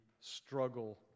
struggle